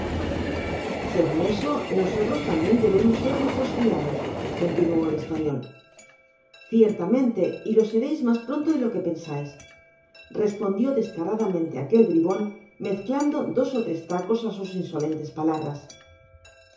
segun eso nosotros tambien debemos ser vuestros criados continuó el español ciertamente y lo sereis mas pronto de lo que no pensais respondió descaradamente aquel bribon mezclando dos ó tres tacos á sus insolentes palabras